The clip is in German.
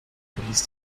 verließ